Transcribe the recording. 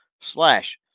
slash